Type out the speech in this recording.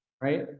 right